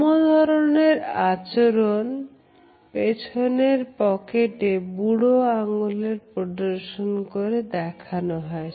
সম ধরনের আচরণ পেছনের পকেটেও বুড়ো আঙ্গুলের প্রদর্শন করে দেখানো যায়